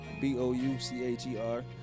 B-O-U-C-H-E-R